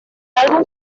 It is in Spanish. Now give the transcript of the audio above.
álbum